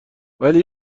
ولی